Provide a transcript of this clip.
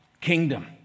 kingdom